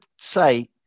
say